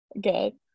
Good